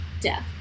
death